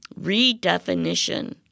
redefinition